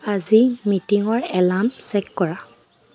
আজি মিটিঙৰ alarm check কৰা